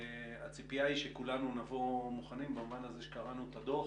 והציפייה היא שכולנו נבוא מוכנים במובן שקראנו את הדוח